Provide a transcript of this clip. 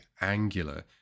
angular